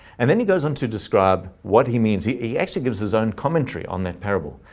and then he goes on to describe what he means he he actually gives his own commentary on that parable.